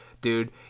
dude